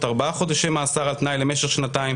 4 חודשים מאסר על תנאי למשך שנתיים